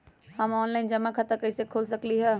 हम ऑनलाइन जमा खाता कईसे खोल सकली ह?